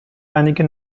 einige